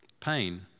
pain